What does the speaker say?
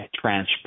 transparent